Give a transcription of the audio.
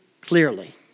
clearly